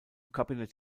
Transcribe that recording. kabinett